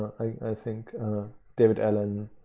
i think david allen,